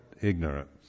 ignorance